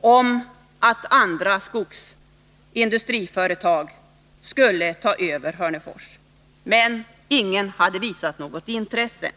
Det handlar således om att andra skogsindustriföretag skulle ta över Hörnefors. Men ingen hade visat något intresse.